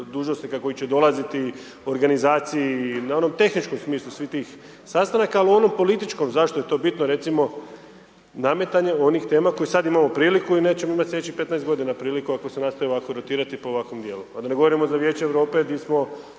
dužnosnika koji će dolaziti, organizaciji i na onom tehničkom smislu svih tih sastanaka, ali u onom političkom zašto je to bitno recimo, nametanje onih tema koje sad imamo priliku i nećemo imati slijedećih 15 godina priliku ako se nastavi ovako rotirati po ovakom dijelu, a da ne govorimo za Vijeće Europe di smo